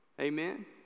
amen